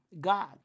God